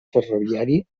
ferroviari